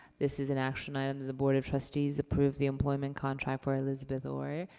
this is an action item that the board of trustees approve the employment contract for elisabeth orr,